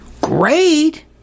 great